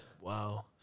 Wow